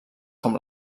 com